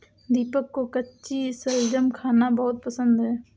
दीपक को कच्ची शलजम खाना बहुत पसंद है